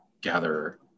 gather